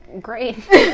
great